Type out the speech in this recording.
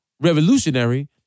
revolutionary